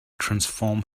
transform